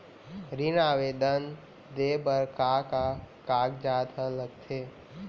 ऋण आवेदन दे बर का का कागजात ह लगथे?